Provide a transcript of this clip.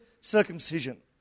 circumcision